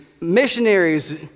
missionaries